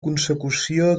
consecució